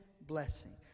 blessing